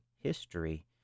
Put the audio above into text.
history